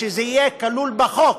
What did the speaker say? ושזה יהיה כלול בחוק,